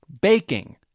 baking